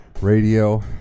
Radio